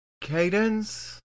Cadence